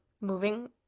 moving